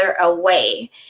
away